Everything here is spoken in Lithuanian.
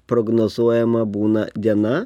prognozuojama būna diena